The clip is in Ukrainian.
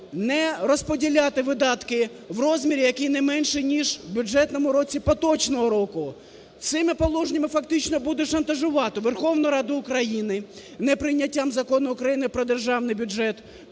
не розподіляти видатки в розмірі, які не менше ніж в бюджетному році поточного року. Цими положеннями фактично буде шантажувати Верховну Раду України неприйняттям Закону України "Про державний бюджет",